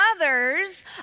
others